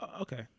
Okay